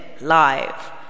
live